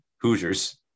Hoosiers